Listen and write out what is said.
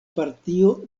partio